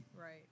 Right